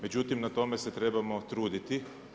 Međutim, na tome se trebamo truditi.